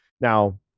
Now